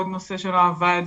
עוד נושא שלא עבד,